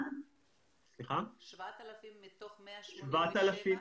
7,000 מתוך 187?